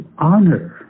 honor